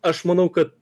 aš manau kad